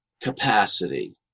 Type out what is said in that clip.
capacity